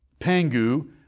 Pangu